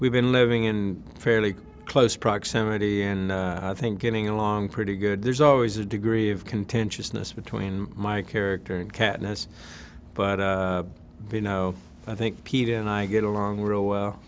we've been living in fairly close proximity and i think getting along pretty good there's always a degree of contentiousness between my character and katniss but you know i think peter and i get along real well